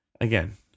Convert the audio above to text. Again